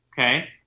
okay